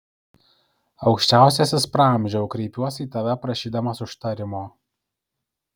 aukščiausiasis praamžiau kreipiuosi į tave prašydamas užtarimo